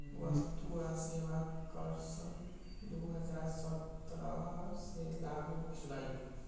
वस्तु आ सेवा कर सन दू हज़ार सत्रह से लागू भेलई